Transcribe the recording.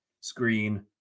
screen